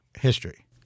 history